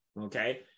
okay